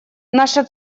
наша